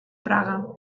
praga